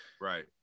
right